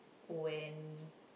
when